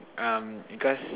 um because